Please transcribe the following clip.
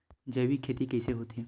जैविक खेती कइसे होथे?